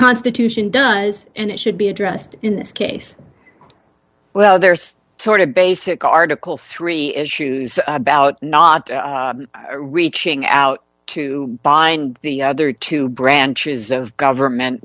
constitution does and it should be addressed in this case well there's sort of basic article three issues about not reaching out to bind the other two branches of government